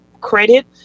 credit